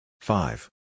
Five